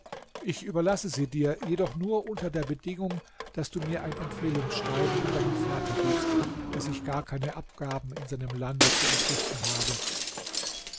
ich überlasse sie dir jedoch nur unter der bedingung daß du mir ein empfehlungsschreiben an deinen vater gibst daß ich gar keine abgaben in seinem lande zu entrichten habe